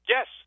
Yes